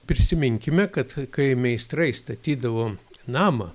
prisiminkime kad kai meistrai statydavo namą